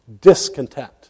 discontent